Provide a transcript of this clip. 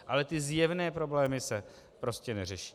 Ale ty zjevné problémy se prostě neřeší.